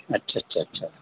ਅੱਛਾ ਅੱਛਾ ਅੱਛਾ